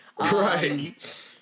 Right